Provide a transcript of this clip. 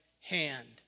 hand